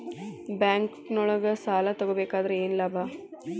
ಬ್ಯಾಂಕ್ನೊಳಗ್ ಸಾಲ ತಗೊಬೇಕಾದ್ರೆ ಏನ್ ಲಾಭ?